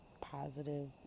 positive